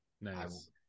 Nice